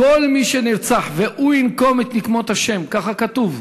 כל מי שנרצח, והוא ינקום את נקמות ה', ככה כתוב.